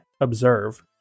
observe